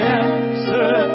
answer